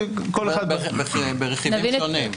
ברכיבים שונים.